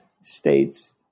states